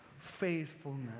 faithfulness